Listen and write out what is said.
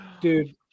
dude